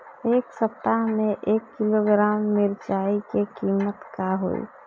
एह सप्ताह मे एक किलोग्राम मिरचाई के किमत का होई?